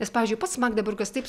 nes pavyzdžiui pats magdeburgas taip